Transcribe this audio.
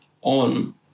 on